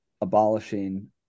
abolishing